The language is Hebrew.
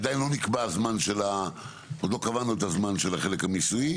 עוד לא קבענו את הזמן של החלק של המיסוי,